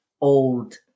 old